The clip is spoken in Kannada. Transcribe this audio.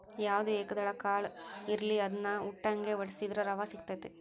ಯಾವ್ದ ಏಕದಳ ಕಾಳ ಇರ್ಲಿ ಅದ್ನಾ ಉಟ್ಟಂಗೆ ವಡ್ಸಿದ್ರ ರವಾ ಸಿಗತೈತಿ